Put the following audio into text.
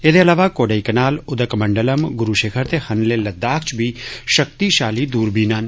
एह्दे अलावा कोडेइकनाल उदकमंडलम गुरू शिखर ते हनले लद्दाख च बी शक्तिशाली दूरबीना न